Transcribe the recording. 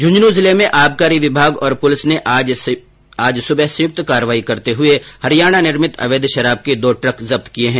झुंझुनूं जिले में आबकारी विभाग और पुलिस ने आज सुबह संयुक्त कार्रवाई करते हुए हरियाणा निर्मित अवैध शराब के दो ट्रक जब्त किए है